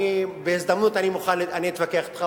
אני בהזדמנות אתווכח אתך,